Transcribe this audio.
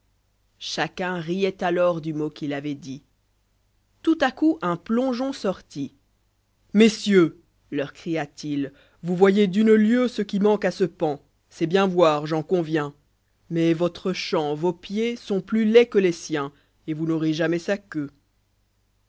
chacun rioit alors du mot qu'il avoit dit tout à coup un plongeon sortit messieurs leur cria-t-il vous voyez d'une lieue ce qui manque à ce paon c'est bien voir j'en convien biais votre chant vos pieds sont plus laids que les sien et vous n'aurez jamais sa queue